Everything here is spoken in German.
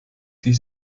die